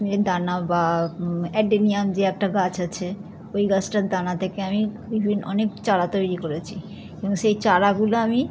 এর দানা বা অ্যাডেনিয়াম যে একটা গাছ আছে ওই গাছটার দানা তেকে আমি বিভিন অনেক চারা তৈরি করেছি এবং সেই চারাগুলো আমি